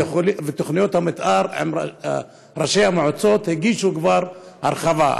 ותוכניות המתאר, ראשי המועצות הגישו כבר הרחבה.